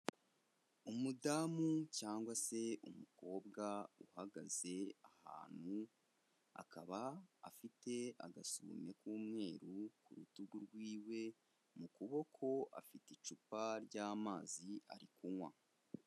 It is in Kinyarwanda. Umudamu cyangwa se umukobwa uhagaze ahantu, akaba afite agasume k'umweru ku rutugu rwiwe, mu kuboko afite icupa ry'amazi ari kunywa.